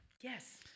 Yes